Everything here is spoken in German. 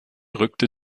rückte